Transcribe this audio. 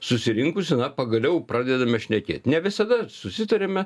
susirinkusi na pagaliau pradedame šnekėti ne visada susitariame